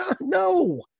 no